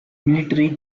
military